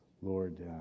Lord